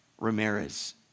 Ramirez